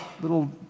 little